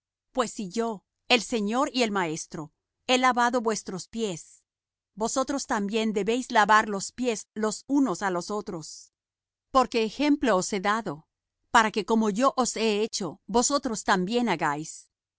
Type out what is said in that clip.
pues si yo el señor y el maestro he lavado vuestros pies vosotros también debéis lavar los pies los unos á los otros porque ejemplo os he dado para que como yo os he hecho vosotros también hagáis